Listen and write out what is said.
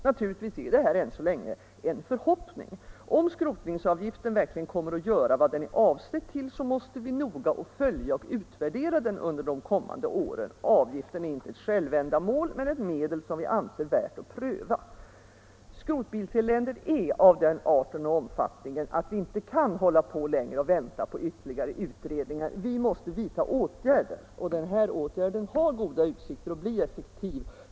Naturligtvis är detta än så länge en förhoppning. Om skrotningsavgiften verkligen kommer att göra vad den är avsedd till måste vi noga följa och utvärdera den under de kommande åren. Avgiften är inte ett självändamål, men ett medel vi anser värt att pröva. Skrotbilseländet är av den arten och omfattningen att vi inte kan hålla på längre och vänta på ytterligare utredningar. Vi måste vidta åtgärder, och den här åtgärden har goda utsikter att bli effektiv.